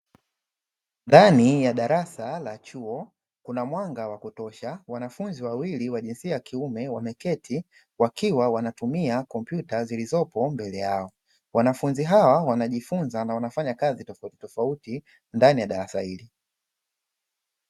Ndani ya darasa la chuo kuna mwanga wa kutosha wanafunzi wawili wa jinsia ya kiume wameketi wakiwa wanatumia kompyuta zilizopo mbele yao, wanafunzi hao wanajifunza na wanafanya kazi tofautitofauti ndani ya darasa hili.